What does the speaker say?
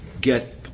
get